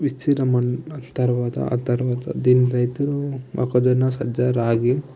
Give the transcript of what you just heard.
విస్తీర్ణమందు తర్వాత ఆ తర్వాత దీంట్లో రైతులు మొక్కజొన్న సజ్జ రాగి